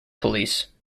police